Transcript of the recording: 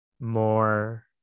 more